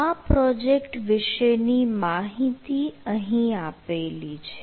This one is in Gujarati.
આ પ્રોજેક્ટ વિશે ની માહિતી અહીં આપેલી છે